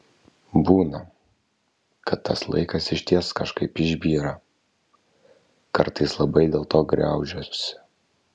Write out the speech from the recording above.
būna kad tas laikas išties kažkaip išbyra kartais labai dėlto graužiuosi